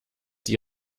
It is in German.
die